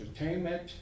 entertainment